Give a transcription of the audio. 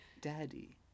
Daddy